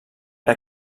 era